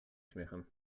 śmiechem